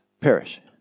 perish